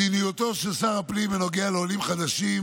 מדיניותו של שר הפנים בנוגע לעולים חדשים